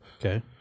Okay